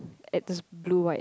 at this blue white